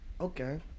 okay